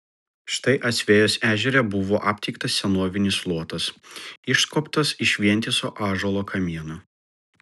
štai asvejos ežere buvo aptiktas senovinis luotas išskobtas iš vientiso ąžuolo kamieno